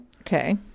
Okay